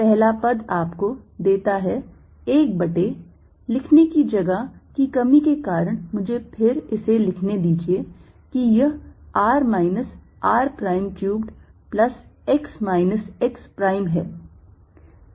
पहला पद आपको देता है 1 बटे लिखने की जगह की कमी के कारण मुझे फिर इसे लिखने दीजिये कि यह r minus r prime cubed plus x minus x prime है